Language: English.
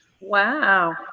Wow